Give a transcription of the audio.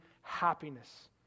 happiness